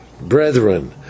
brethren